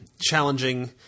challenging